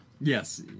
Yes